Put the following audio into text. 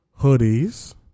hoodies